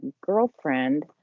girlfriend